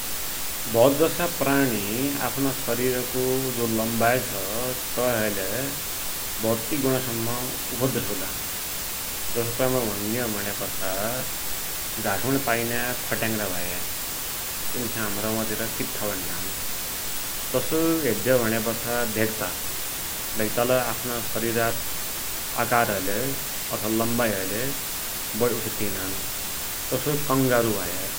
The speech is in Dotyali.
भौत जसा प्राणि आफ्ना सरिरको जो लम्बाई छ, तै हैलै भौत्ति गुणासम्म उफद्दु सक्दान । जसो तै मा भुण्यहौ भुण्यापछा घासमुणी पाइन्या फट्यांग्रा भया तिन खाइ हमरा वातिरा किथ्था भुण्नान, तसोई हेद्यौ भुण्यापाछा भेक्ता । भेक्तालै आफ्ना शरिरा आकार हैलै अथवा लम्बाई हैलै बडी उछिट्टिनान, तसोई कंगारु भया ।